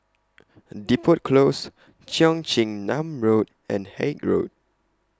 Depot Close Cheong Chin Nam Road and Haig Road